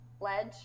Ledge